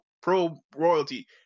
pro-royalty